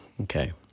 okay